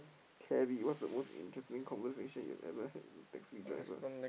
cabby what is the most interesting conversation you've ever had with a taxi driver